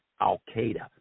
al-Qaeda